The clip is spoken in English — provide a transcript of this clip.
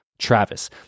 Travis